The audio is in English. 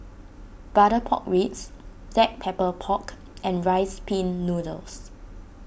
Butter Pork Ribs Black Pepper Pork and Rice Pin Noodles